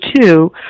two